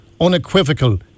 unequivocal